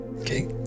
Okay